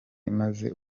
imaze